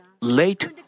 late